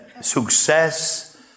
success